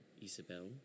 Isabel